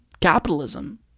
capitalism